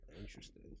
Interesting